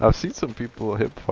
um see so people